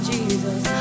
Jesus